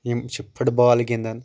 یِم چھِ football گنٛدان